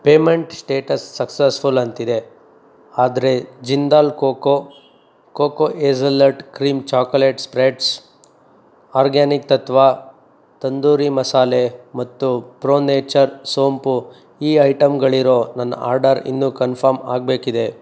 payment status successful ಅಂತಿದೆ ಆದರೆ Jindal cocoa cocoa hazelnut cream chocolate spreads organic Tattva tandoori masala ಮತ್ತು pro nature ಸೋಂಪು ಈ ಐಟಂಗಳಿರೋ ನನ್ನ ಆರ್ಡರ್ ಇನ್ನೂ ಕನ್ಫರ್ಮ್ ಆಗಬೇಕಿದೆ